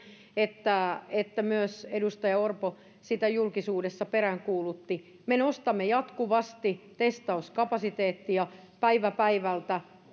että että myös edustaja orpo sitä julkisuudessa peräänkuulutti me nostamme jatkuvasti testauskapasiteettia päivä päivältä